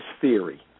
theory